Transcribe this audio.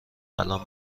الآن